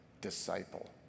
Disciple